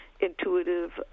intuitive